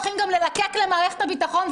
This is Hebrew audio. הולכים "ללקק" למערכת הביטחון,